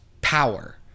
power